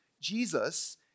Jesus